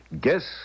Guess